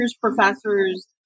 professors